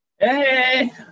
Hey